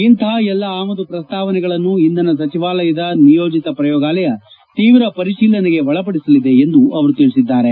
ಇಂತಹ ಎಲ್ಲ ಆಮದು ಪ್ರಸ್ತಾವನೆಗಳನ್ನು ಇಂಧನ ಸಚಿವಾಲಯದ ನಿಯೋಜಿತ ಪ್ರಯೋಗಾಲಯ ತೀವ್ರ ಪರಿಶೀಲನೆಗೆ ಒಳಪಡಿಸಲಿದೆ ಎಂದು ತಿಳಿಸಿದ್ದಾರೆ